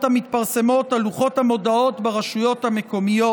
המתפרסמות על לוחות המודעות ברשויות המקומיות.